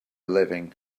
living